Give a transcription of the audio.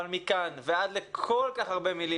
אבל מכאן ועד לכל כך הרבה מילים,